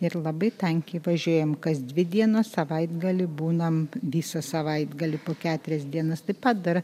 ir labai tankiai važiuojam kas dvi dienas savaitgalį būnam visą savaitgalį po keturias dienas taip pat dar